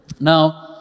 Now